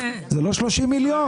אלה לא 30 מיליון.